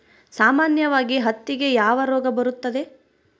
ಸಾಮಾನ್ಯವಾಗಿ ಹತ್ತಿಗೆ ಯಾವ ರೋಗ ಬರುತ್ತದೆ?